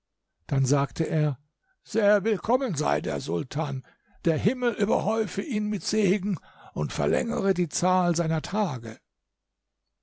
dann sagte er sehr willkommen sei der sultan der himmel überhäufe ihn mit segen und verlängere die zahl seiner tage